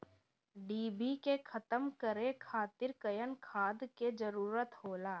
डिभी के खत्म करे खातीर कउन खाद के जरूरत होला?